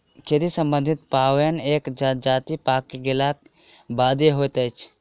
खेती सम्बन्धी पाबैन एक जजातिक पाकि गेलाक बादे होइत अछि